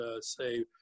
say